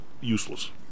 Useless